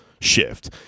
shift